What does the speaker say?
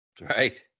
Right